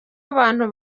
abantu